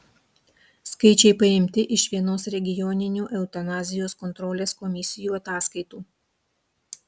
skaičiai paimti iš vienos regioninių eutanazijos kontrolės komisijų ataskaitų